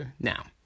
now